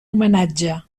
homenatge